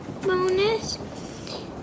bonus